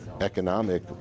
economic